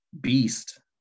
beast